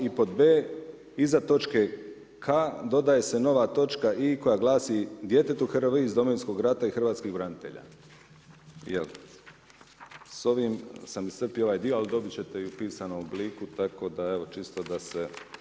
I pod b) iza točke „K“ dodaje se nova točka „I“ koja glasi: „Djetetu HRVI iz Domovinskog rata i hrvatskih branitelja.“ Sa ovim sam iscrpio ovaj dio, ali dobit ćete i u pisanom obliku, tako da evo čisto da se.